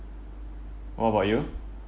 what about you